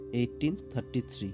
1833